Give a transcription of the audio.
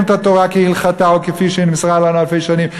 את התורה כהלכתה וכפי שנמסרה לנו אלפי שנים,